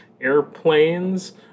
airplanes